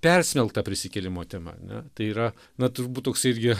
persmelkta prisikėlimo tema ane tai yra na turbūt toks irgi